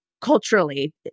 culturally